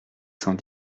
cent